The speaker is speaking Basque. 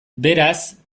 beraz